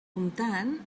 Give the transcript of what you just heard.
comptant